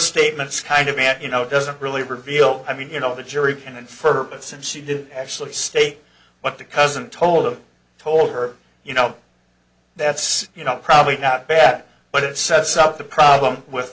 statements kind of man you know doesn't really reveal i mean you know the jury can infer that since she didn't actually state what the cousin told them told her you know that's you know probably not bad but it sets up the problem with